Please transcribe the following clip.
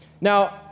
Now